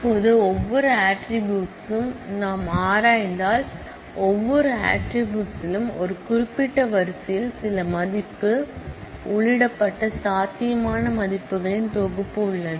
இப்போது ஒவ்வொரு ஆட்ரிபூட்ஸ் யும் நாம் ஆராய்ந்தால் ஒவ்வொரு ஆட்ரிபூட்ஸ் லும் ஒரு குறிப்பிட்ட வரிசையில் சில வால்யூ உள்ளிடப்பட்ட சாத்தியமான வால்யூகளின் தொகுப்பு உள்ளது